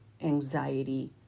anxiety